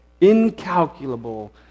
incalculable